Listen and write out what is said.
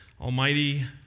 Almighty